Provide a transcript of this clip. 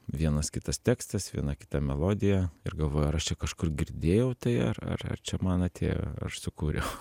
vienas kitas tekstas viena kita melodija ir galvoju ar aš čia kažkur girdėjau tai ar ar ar čia man atėjo aš sukūriau